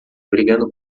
brigando